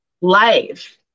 life